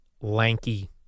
lanky